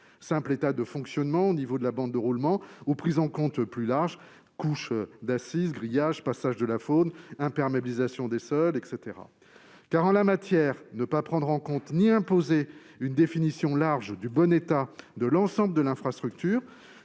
simple état de fonctionnement de la bande de roulement ou prise en compte plus large- couche d'assises, grillage, passage de la faune, imperméabilisation des sols, etc. ? En la matière, en effet, ne pas prendre en compte le bon état de l'ensemble de l'infrastructure